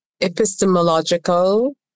Epistemological